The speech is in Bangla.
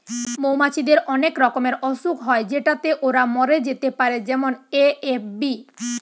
মৌমাছিদের অনেক রকমের অসুখ হয় যেটাতে ওরা মরে যেতে পারে যেমন এ.এফ.বি